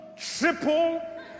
triple